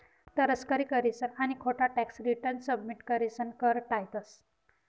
तस्करी करीसन आणि खोटा टॅक्स रिटर्न सबमिट करीसन कर टायतंस